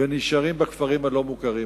ונשארים בכפרים הלא-מוכרים,